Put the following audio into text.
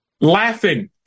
laughing